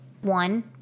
One